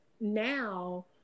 now